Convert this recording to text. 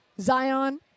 Zion